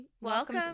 welcome